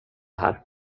här